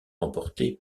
remportée